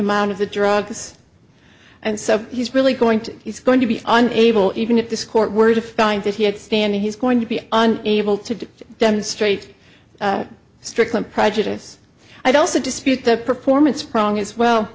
amount of the drugs and so he's really going to he's going to be able even if this court were to find that he had standing he's going to be on able to demonstrate stricklin prejudice i don't dispute the performance prong as well